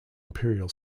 imperial